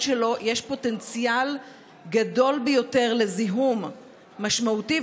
שלו יש פוטנציאל גדול ביותר לזיהום משמעותי,